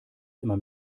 immer